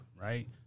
right